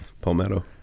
Palmetto